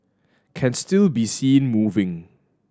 can still be seen moving